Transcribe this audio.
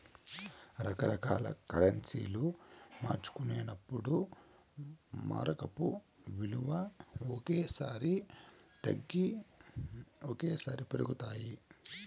రకరకాల కరెన్సీలు మార్చుకున్నప్పుడు మారకపు విలువ ఓ సారి తగ్గి ఓసారి పెరుగుతాది